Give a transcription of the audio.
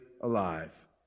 alive